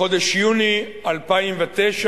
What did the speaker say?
בחודש יוני 2009,